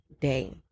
day